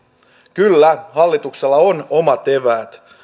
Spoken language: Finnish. kyllä hallituksella on omat eväät